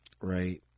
Right